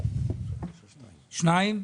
שניים.